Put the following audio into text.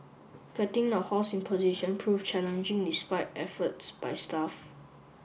getting the horse in position proved challenging despite efforts by staff